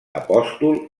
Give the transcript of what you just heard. apòstol